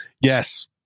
Yes